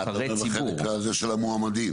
אתה בחלק הזה של המועמדים.